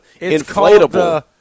inflatable